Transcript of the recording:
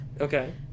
Okay